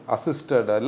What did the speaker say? Assisted